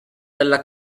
della